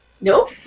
Nope